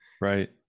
Right